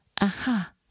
aha